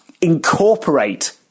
incorporate